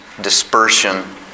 dispersion